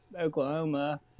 Oklahoma